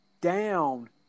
down